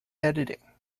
editing